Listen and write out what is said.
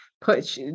Put